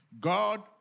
God